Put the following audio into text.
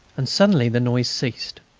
and suddenly the noise ceased.